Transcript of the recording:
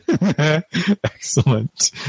Excellent